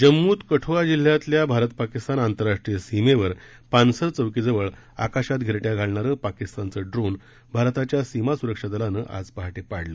जम्मूत कठुआ जिल्ह्यातल्या भारत पाकिस्तान आंतरराष्ट्रीय सीमेवर पानसर चौकीजवळ आकाशात घिरट्या घालणारं पाकिस्तानचं ड्रोन भारताच्या सीमा सुरक्षा दलानं आज पहाटे पाडलं